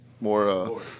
more